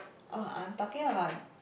oh I'm talking about